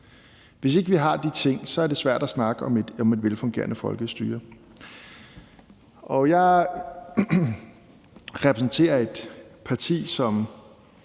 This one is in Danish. Hvis ikke vi har de ting, er det svært at snakke om et velfungerende folkestyre. Jeg repræsenterer et parti,